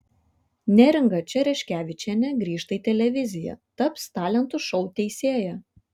neringa čereškevičienė grįžta į televiziją taps talentų šou teisėja